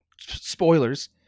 spoilers